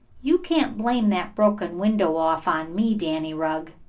you can't blame that broken window off on me, danny rugg,